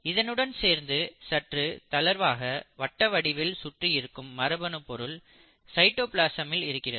இதனுடன் சேர்ந்து சற்று தளர்வாக வட்ட வடிவில் சுற்றி இருக்கும் மரபணு பொருள் சைட்டோபிளாசமில் இருக்கிறது